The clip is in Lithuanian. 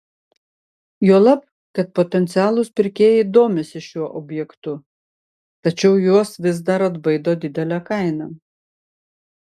juolab kad potencialūs pirkėjai domisi šiuo objektu tačiau juos vis dar atbaido didelė kaina